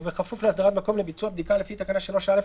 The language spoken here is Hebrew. ובכפוף להסדרת מקום לביצוע בדיקה לפי תקנה 3(א)